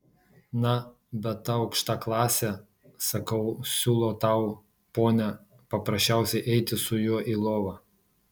na bet ta aukšta klasė sakau siūlo tau ponia paprasčiausiai eiti su juo į lovą